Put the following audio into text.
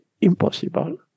impossible